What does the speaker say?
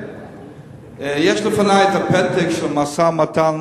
יש לפני את הפתק של המשא-ומתן